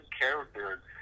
character